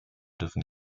dürfen